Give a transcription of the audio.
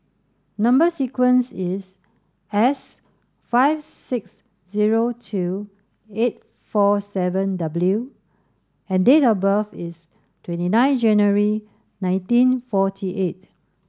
number sequence is S five six zero two eight four seven W and date of birth is twenty nine January nineteen forty eight